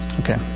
Okay